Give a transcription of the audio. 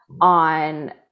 on